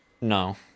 No